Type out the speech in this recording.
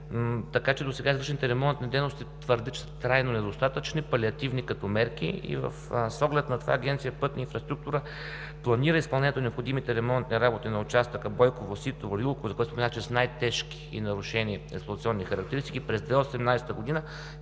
Така че досега извършените ремонтни дейности твърдя, че са трайно недостатъчни, палиативни като мерки и с оглед на това Агенция „Пътна инфраструктура“ планира изпълнението на необходимите ремонтни работи на участъка Бойково – Ситово – Лилково, за който споменах, че са най-тежки и нарушени експлоатационни характеристики, през 2018 г.,